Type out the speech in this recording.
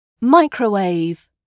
Microwave